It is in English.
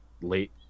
late